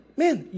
man